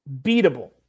Beatable